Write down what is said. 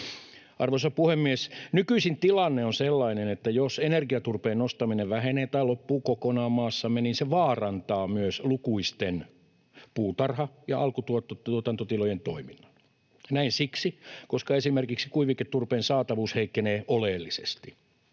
Arvoisa puhemies! Nykyisin tilanne on sellainen, että jos energiaturpeen nostaminen vähenee tai loppuu kokonaan maassamme, niin se vaarantaa myös lukuisten puutarha- ja alkutuotantotilojen toiminnan. Näin siksi, koska esimerkiksi kuiviketurpeen saatavuus heikkenee oleellisesti.